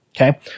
Okay